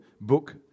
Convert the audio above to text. book